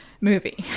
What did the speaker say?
movie